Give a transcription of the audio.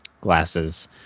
glasses